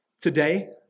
today